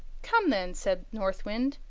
come then, said north wind,